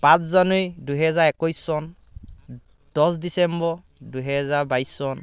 পাঁচ জানুৱাৰী দুইহেজাৰ একৈছ চন দহ ডিচেম্বৰ দুইহেজাৰ বাইছ চন